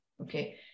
Okay